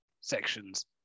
sections